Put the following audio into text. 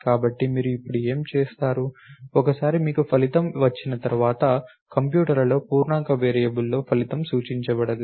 కాబట్టి మీరు ఇప్పుడు ఏమి చేస్తారు ఒకసారి మీకు ఫలితం వచ్చిన తర్వాత కంప్యూటర్లలో పూర్ణాంక వేరియబుల్లో ఫలితం సూచించబడదు